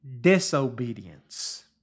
disobedience